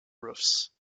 roofs